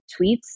tweets